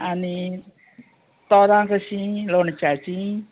आनी तोरां कशीं लोणच्याचीं